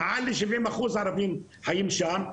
מעל ל- 70% מהערבים חיים שם,